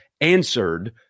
answered